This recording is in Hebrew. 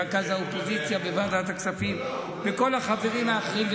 את רכז האופוזיציה בוועדת הכספים ואת כל החברים האחרים.